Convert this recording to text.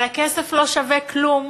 אבל הכסף לא שווה כלום